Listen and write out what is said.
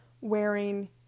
wearing